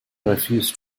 refused